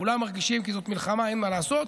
כולם מרגישים, כי זאת מלחמה, אין מה לעשות,